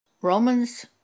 Romans